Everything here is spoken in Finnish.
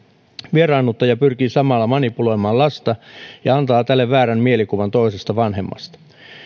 vieraannuttaja pyrkii samalla manipuloimaan lasta ja antaa tälle väärän mielikuvan toisesta vanhemmasta